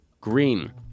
green